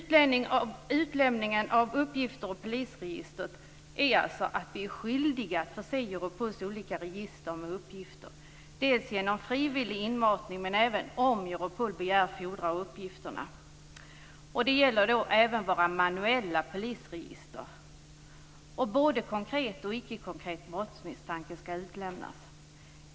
Denna utlämning av uppgifter ur polisregistret innebär alltså att vi är skyldiga att lägga upp olika register med uppgifter, dels genom frivillig inmatning, dels om Europol infordrar uppgifterna. Det gäller även våra manuella polisregister. Både konkret och ickekonkret brottsmisstanke skall utlämnas.